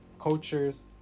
cultures